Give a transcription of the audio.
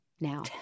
now